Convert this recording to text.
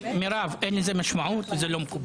מירב, אין לזה משמעות וזה לא מקובל.